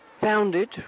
founded